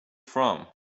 from